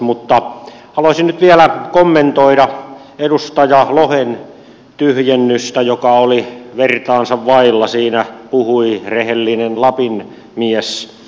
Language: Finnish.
mutta haluaisin nyt vielä kommentoida edustaja lohen tyhjennystä joka oli vertaansa vailla siinä puhui rehellinen lapin mies